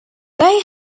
they